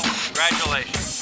congratulations